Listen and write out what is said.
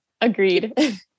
agreed